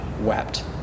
wept